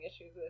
issues